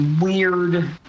weird